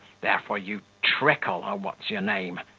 therefore, you trickle, or what's your name,